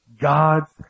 God's